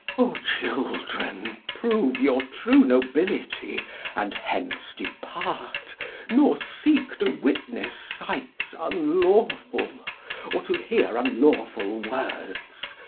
o children, prove your true nobility and hence depart nor seek to witness sights unlawful or to hear unlawful words.